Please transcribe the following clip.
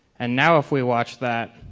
and now if we watch that,